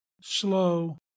slow